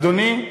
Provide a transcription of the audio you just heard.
אדוני,